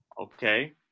Okay